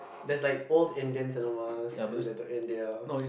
there's like old Indian cinemas in Little India